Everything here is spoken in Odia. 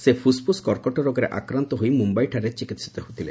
ସେ ଫୁସ୍ଫୁସ୍ କର୍କଟ ରୋଗରେ ଆକ୍ରାନ୍ତ ହୋଇ ମୁମ୍ଭାଇଠାରେ ଚିକିିିିିତ ହେଉଥିଲେ